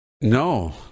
No